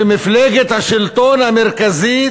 שמפלגת השלטון המרכזית